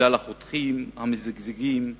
בגלל החותכים, המזגזגים,